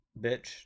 bitch